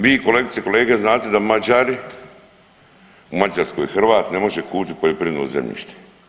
Vi kolegice i kolege znate da Mađari, u Mađarskoj Hrvat ne može kupiti poljoprivredno zemljište.